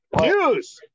news